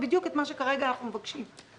לעומת זאת, מבוטח של קופת חולים כללית יכול.